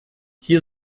hier